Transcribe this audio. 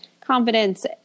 confidence